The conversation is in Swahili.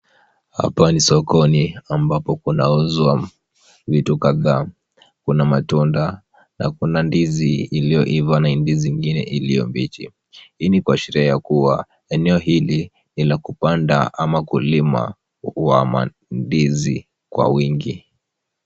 Hapa ni sokoni ambapo kunauzwa vitu kadhaa. Kuna matunda na kuna ndizi ilioiva na ndizi ingine ilio mbichi. Hii ni kuashiria kuwa eneo hili ni la kupanda au kulima huama ndizi kwa wingi.